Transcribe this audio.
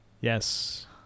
Yes